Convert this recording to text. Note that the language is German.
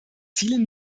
ziele